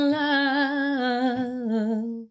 love